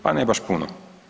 Pa ne baš puno.